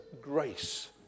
grace